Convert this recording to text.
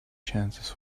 chances